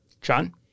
John